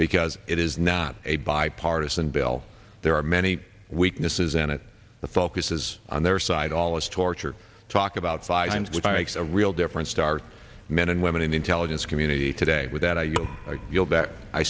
because it is not a bipartisan bill there are many weaknesses in it the focus is on their side all is torture talk about five times with real difference to our men and women in the intelligence community today with that i